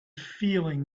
feeling